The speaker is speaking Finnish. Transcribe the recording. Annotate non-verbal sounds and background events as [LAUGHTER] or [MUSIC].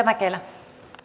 [UNINTELLIGIBLE] rouva